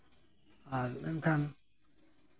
ᱟᱨ ᱢᱮᱱᱠᱷᱟᱱ